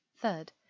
Third